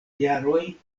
jaroj